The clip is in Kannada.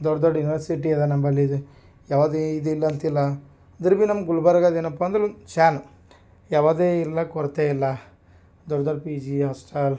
ದೊಡ್ಡ ದೊಡ್ಡ ಯೂನವರ್ಸಿಟಿ ಅದೆ ನಂಬಲ್ಲಿ ಇದು ಯಾವುದೇ ಇದಿಲ್ಲ ಅಂತಿಲ್ಲ ಅಂದ್ರೆ ಬಿ ನಮ್ಮ ಗುಲ್ಬರ್ಗದ ಏನಪ್ಪಾ ಅಂದ್ರೆ ಶಾನೆ ಯಾವುದೇ ಇಲ್ಲ ಕೊರತೆ ಇಲ್ಲ ದೊಡ್ಡ ದೊಡ್ಡ ಪಿ ಜಿ ಹಾಸ್ಟೆಲ್